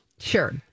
Sure